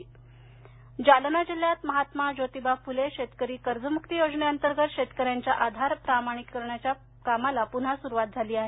योजना जालना जालना जिल्ह्यात महात्मा ज्योतिबा फुले शेतकरी कर्जमुक्ती योजनेअंतर्गत शेतकऱ्यांच्या आधार प्रमाणिकरणाच्या कामाला पुन्हा सुरुवात झाली आहे